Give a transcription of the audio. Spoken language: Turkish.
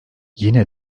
yine